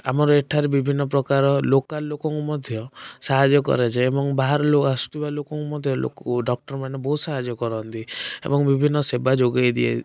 ଆମର ଏଠାରେ ବିଭିନ୍ନ ପ୍ରକାର ଲୋକାଲ ଲୋକଙ୍କୁ ମଧ୍ୟ ସାହାଯ୍ୟ କରାଯାଏ ଏବଂ ବାହାରୁ ଆସୁଥିବା ଲୋକଙ୍କୁ ମଧ୍ୟ ଡ଼କ୍ଟରମାନେ ବହୁତ ସାହାଯ୍ୟ କରନ୍ତି ଏବଂ ବିଭିନ୍ନ ସେବା ଯୋଗାଇ